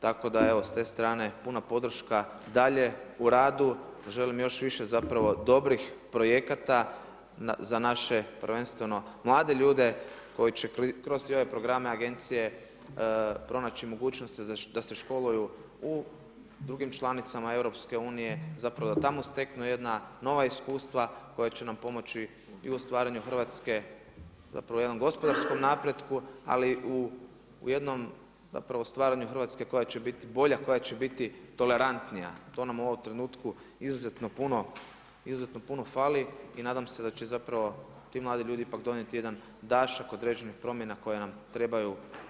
Tako da evo, s te strane puna podrška dalje u radu, želim još više zapravo dobrih projekata za naše prvenstveno mlade ljude koji će kroz i ove programe agencije pronaći mogućnosti da se školuju u drugim članicama EU-a, da tako steknu jedna nova iskustva koja će nam pomoći u stvaranju Hrvatske, zapravo jednom gospodarskom napretku ali u jednom stvaranju Hrvatske koja će biti bolja, koja će biti tolerantnija, to nam u ovom trenutku izuzetno puno fali i nadam se da će zapravo ti mladi ipak donijeti jedan dašak određenih promjena koje nam trebaju.